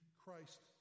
Christ